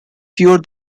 fewer